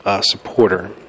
supporter